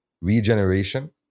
regeneration